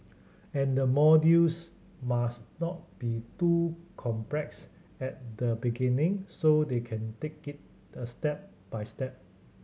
and the modules must not be too complex at the beginning so they can take it a step by step